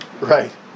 Right